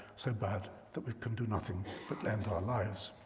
so bad that we can do nothing but end our lives,